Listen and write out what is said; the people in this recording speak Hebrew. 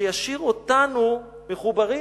שישאיר אותנו מחוברים.